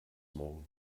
morgen